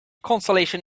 consolation